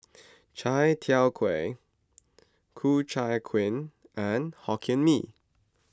Chai Tow Kuay Ku Chai Kuih and Hokkien Mee